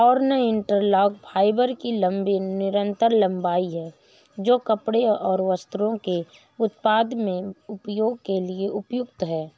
yarn interlock fibre की एक लंबी निरंतर लंबाई है, जो कपड़े और वस्त्रों के उत्पादन में उपयोग के लिए उपयुक्त है